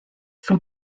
son